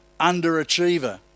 underachiever